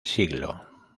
siglo